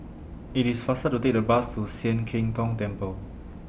IT IS faster to Take The Bus to Sian Keng Tong Temple